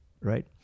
Right